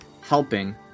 helping